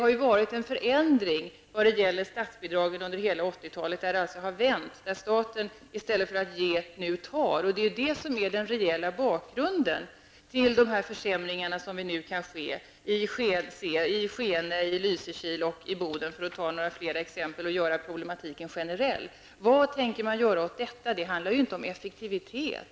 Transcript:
Under hela 1980-talet har det ju skett en förändring när det gäller statsbidragen. I stället för att ge tar staten numera. Det är det som är den reella bakgrunden till de försämringar som vi nu kan se i Skene, i Lysekil och i Boden, för att ta några fler exempel och belysa problematiken mera generellt. Vad tänker man göra åt detta? Det handlar ju inte om effektivitet.